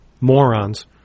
morons